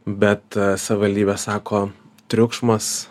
bet savivaldybė sako triukšmas